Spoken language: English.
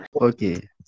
Okay